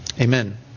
Amen